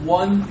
one